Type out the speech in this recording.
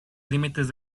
límites